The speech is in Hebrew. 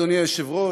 אדוני היושב-ראש,